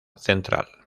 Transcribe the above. central